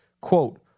Quote